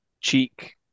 cheek